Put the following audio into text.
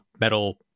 metal